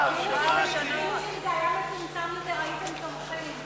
כאילו אם זה היה מצומצם יותר הייתם תומכים.